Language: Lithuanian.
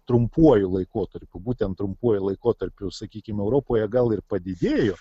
trumpuoju laikotarpiu būtent trumpuoju laikotarpiu sakykim europoje gal ir padidėjo